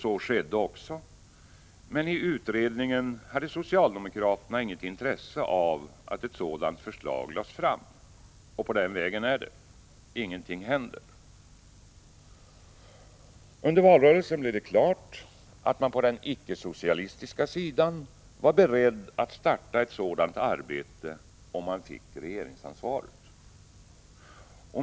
Så skedde också, men i utredningen hade socialdemokraterna inget intresse av att ett sådant förslag lades fram. Och på den vägen är det. Ingenting händer. Under valrörelsen blev det klart att man på den icke-socialistiska sidan var beredd att starta ett sådant arbete om man fick regeringsansvaret.